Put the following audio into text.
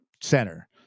center